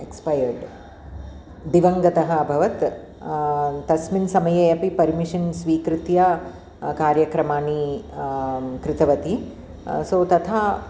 expired दिवङ्गतः अभवत् तस्मिन् समये अपि पर्मिशन् स्वीकृत्य कार्यक्रमाणि कृतवती सो तथा